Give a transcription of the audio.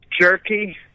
Jerky